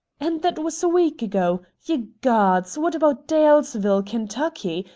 and that was a week ago! ye gods! what about dalesville, kentucky?